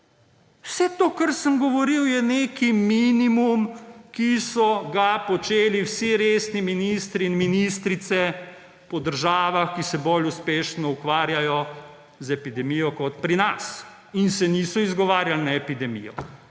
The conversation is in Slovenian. Vse to, kar sem govoril, je neki minimum, ki so ga počeli vsi resni ministri in ministrice po državah, ki se bolj uspešno ukvarjajo z epidemijo kot pri nas. In se niso izgovarjali na epidemijo.